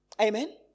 Amen